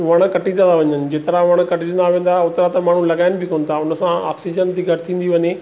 वण कटींदा था वञनि जेतिरा वण कटजंदा वेंदा ओतिरा त माण्हू लॻाइनि बि कोन था उनसां ऑक्सीजन थी घटि थींदी वञे